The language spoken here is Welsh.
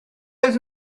oedd